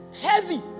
heavy